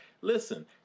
Listen